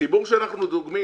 הציבור שאנחנו דוגמים,